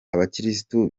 abakirisitu